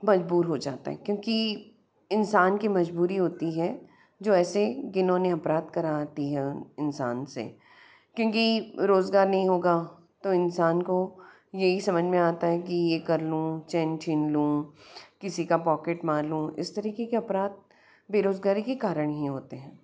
मजबूर हो जाता है क्योंकि इंसान की मजबूरी होती है जो ऐसे घिनोने अपराध कराती है इंसान से क्योंकि रोज़गार नहीं होगा तो इंसान को यही समझ में आता है कि ये कर लूँ चैन छीन लूँ किसी का पोकेट मार लूँ इस तरीक़े के अपराध बेरोज़गारी के कारण ही होते हैं